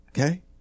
Okay